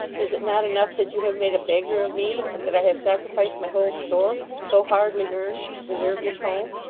is it not enough that you have made a beggar of me, and that i have sacrificed my whole store, so hardly earned, to preserve this home